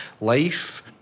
life